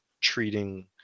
treating